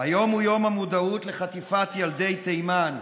היום הוא יום המודעות לחטיפת ילדי תימן.